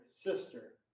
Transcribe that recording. sister